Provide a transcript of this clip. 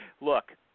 look